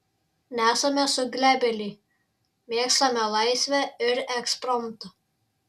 nesame suglebėliai mėgstame laisvę ir ekspromtą